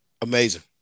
amazing